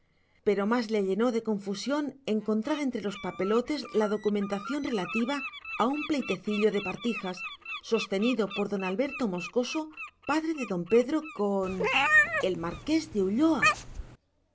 pero más le llenó de confusión encontrar entre los papelotes la documentación relativa a un pleitecillo de partijas sostenido por don alberto moscoso padre de don pedro con el marqués de ulloa